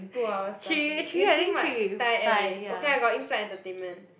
two hours plus so you taking what Thai Airways okay lah got in flight entertainment